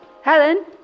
Helen